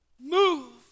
move